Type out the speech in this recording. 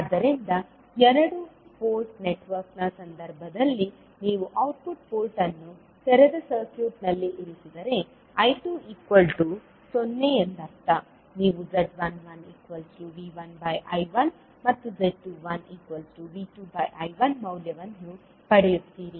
ಆದ್ದರಿಂದ 2 ಪೋರ್ಟ್ ನೆಟ್ವರ್ಕ್ನ ಸಂದರ್ಭದಲ್ಲಿ ನೀವು ಔಟ್ಪುಟ್ ಪೋರ್ಟ್ ಅನ್ನು ತೆರೆದ ಸರ್ಕ್ಯೂಟ್ನಲ್ಲಿ ಇರಿಸಿದರೆ I20 ಎಂದರ್ಥ ನಂತರ ನೀವು z11V1I1 ಮತ್ತು z21V2I1 ಮೌಲ್ಯವನ್ನು ಪಡೆಯುತ್ತೀರಿ